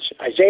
Isaiah